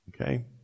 Okay